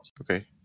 Okay